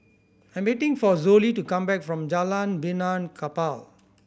I'm waiting for Zollie to come back from Jalan Benaan Kapal